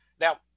Now